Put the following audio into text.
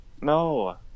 no